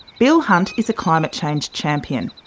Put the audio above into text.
bill hunt is a climate change champion.